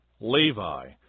Levi